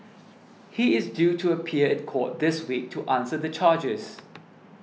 he is due to appear court this week to answer the charges